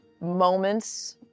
moments